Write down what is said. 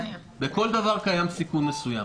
בכל דבר קיים סיכון מסוים.